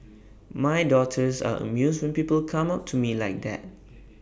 my daughters are amused when people come up to me like that